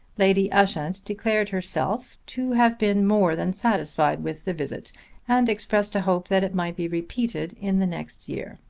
lady ushant declared herself to have been more than satisfied with the visit and expressed a hope that it might be repeated in the next year.